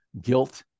guilt